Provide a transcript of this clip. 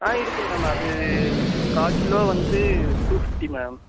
ஆ இருக்கு மேம் அது கால் கிலோ வந்து டூ ஃபிஃப்டி மேம்